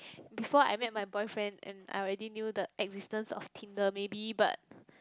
before I met my boyfriend and I already knew the existence of Tinder maybe but